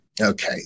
Okay